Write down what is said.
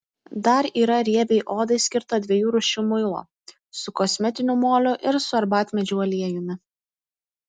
dar yra riebiai odai skirto dviejų rūšių muilo su kosmetiniu moliu ir su arbatmedžių aliejumi